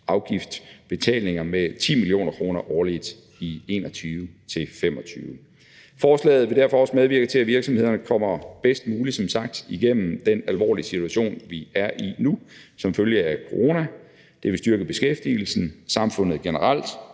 afgiftsbetalinger med 10 mio. kr. årligt i 2021-2025. Forslaget vil derfor også medvirke til, at virksomhederne som sagt kommer bedst muligt igennem den alvorlige situation, vi er i nu som følge af corona. Det vil styrke beskæftigelsen, samfundet generelt